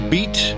Beat